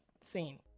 Scene